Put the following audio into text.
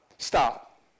Stop